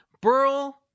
Burl